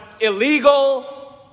illegal